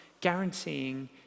guaranteeing